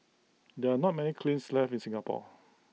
there are not many kilns left in Singapore